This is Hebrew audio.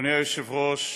אדוני היושב-ראש,